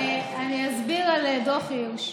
אני אסביר על דוח הירש: